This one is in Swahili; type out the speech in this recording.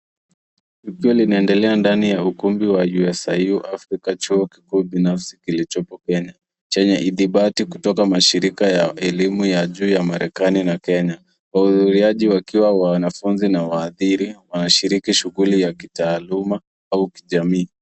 ...likiwa linaendelea ndani ya ukumbi wa USIU Africa chuo kikuu binafsi kilichoko pene chenye idhibati kutoka mashirika ya elimu ya juu ya Marekani na Kenya wanunuliaji wakiwa wanafunzi na waadhiri wanashiriki shughuli ya kitaaluma au kijamii.